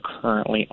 currently